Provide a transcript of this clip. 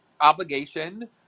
obligation